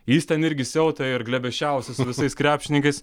jis ten irgi siautė ir glėbesčiavosi su visais krepšininkais